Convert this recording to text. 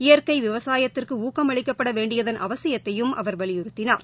இயற்கைவிவசாயத்திற்குஊக்கம் அளிக்கப்படவேண்டியதன் அவசியத்தையும் அவர் வலியுறுத்தினார்